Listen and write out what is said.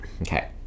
Okay